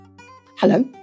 Hello